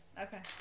Okay